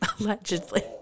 Allegedly